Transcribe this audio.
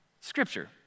Scripture